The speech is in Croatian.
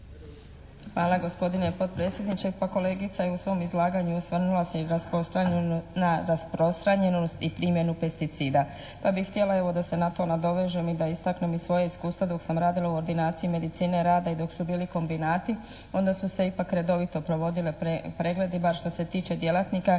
Hvala gospodine potpredsjedniče. Pa kolegica je u svom izlaganju osvrnula se na rasprostranjenost i primjenu pesticida pa bih htjela evo da se na to nadovežem i da istaknem i svoja iskustva dok sam radila u ordinaciji medicine rada i dok su bili kombinati onda su se ipak redovito provodili pregledi bar što se tiče djelatnika.